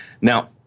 Now